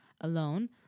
Alone